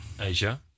Asia